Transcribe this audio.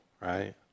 right